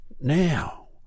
now